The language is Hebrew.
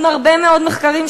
עם הרבה מאוד מחקרים,